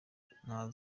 nta